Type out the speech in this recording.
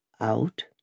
Out